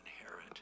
inherit